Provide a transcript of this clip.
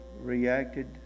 reacted